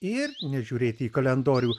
ir nežiūrėti į kalendorių